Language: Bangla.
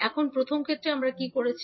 এখন প্রথম ক্ষেত্রে আমরা কি করছি